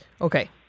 Okay